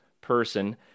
person